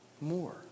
more